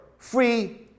Free